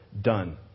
done